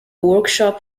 workshop